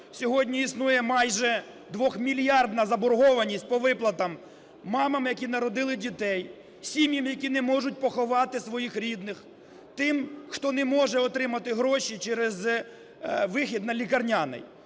сьогодні існує майже 2-мільярдна заборгованість по виплатах мамам, які народили дітей, сім'ям, які не можуть поховати своїх рідних, тим, хто не може отримати гроші через вихід на лікарняний.